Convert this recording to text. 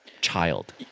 child